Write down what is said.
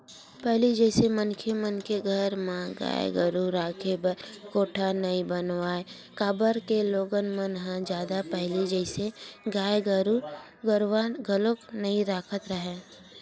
पहिली जइसे मनखे मन के घर म गाय गरु के राखे बर कोठा नइ बनावय काबर के लोगन मन ह जादा पहिली जइसे गाय गरुवा घलोक नइ रखत हवय